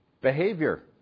behavior